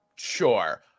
Sure